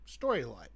storyline